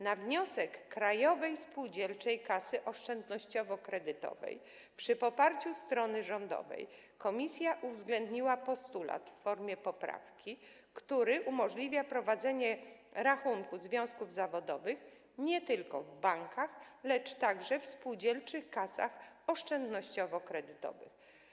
Na wniosek Krajowej Spółdzielczej Kasy Oszczędnościowo-Kredytowej przy poparciu strony rządowej komisja uwzględniła postulat w formie poprawki, co umożliwia prowadzenie rachunku związków zawodowych nie tylko w bankach, lecz także w spółdzielczych kasach oszczędnościowo-kredytowych.